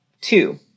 two